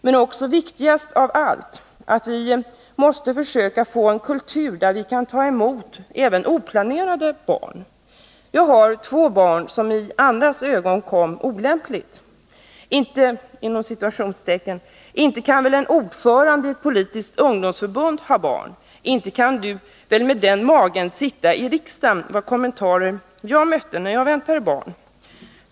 Men viktigast av allt är att vi måste försöka få en kultur där vi kan ta emot även oplanerade barn. Jag har två barn som i andras ögon kom olämpligt. ”Inte kan väl en ordförande i ett politiskt ungdomsförbund ha barn, inte kan väl du med den magen sitta i riksdagen”, var kommentarer som jag mötte när jag väntade barn.